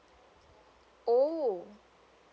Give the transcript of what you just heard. oh